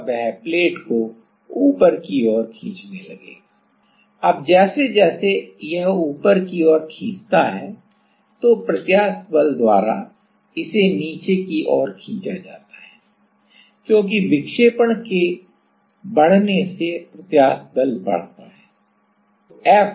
और वह प्लेट को ऊपर की ओर खींचने लगेगा अब जैसे जैसे यह ऊपर की ओर खींचता है तो प्रत्यास्थ बल द्वारा इसे नीचे की ओर खींचा जाता है क्योंकि विक्षेपण के बढ़ने से प्रत्यास्थ बल बढ़ता है